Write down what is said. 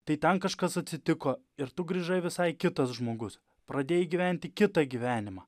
tai ten kažkas atsitiko ir tu grįžai visai kitas žmogus pradėjai gyventi kitą gyvenimą